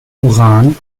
uran